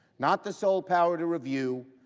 not the sole power to review.